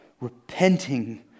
repenting